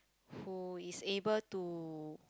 who is able to